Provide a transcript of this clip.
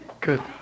Good